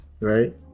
right